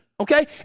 Okay